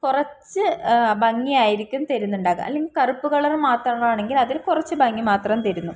കുറച്ച് ഭംഗിയായിരിക്കും തരുന്നുണ്ടാവുക അല്ലെങ്കിൽ കറുപ്പു കളർ മാത്രമാണെങ്കിൽ അതിൽ കുറച്ച് ഭംഗി മാത്രം തരുന്നു